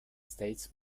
states